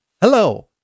Hello